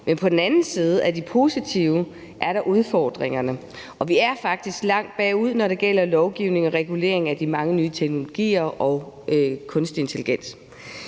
På den anden side end den positive er der udfordringerne, og vi er faktisk langt bagud, når det gælder lovgivning om og regulering af de mange nye teknologier og kunstig intelligens.